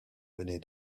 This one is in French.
menées